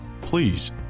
Please